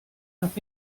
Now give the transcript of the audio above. noch